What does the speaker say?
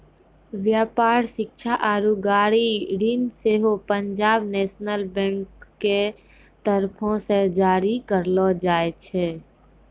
व्यापार, शिक्षा आरु गाड़ी ऋण सेहो पंजाब नेशनल बैंक के तरफो से जारी करलो जाय छै